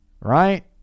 Right